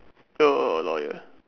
so a lawyer